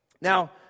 Now